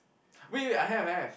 wait wait I have I have